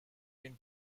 been